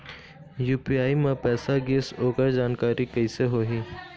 UPI म पैसा गिस ओकर जानकारी कइसे होही?